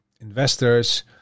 investors